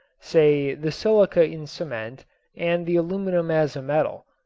say the silica in cement and the aluminum as a metal,